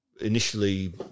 initially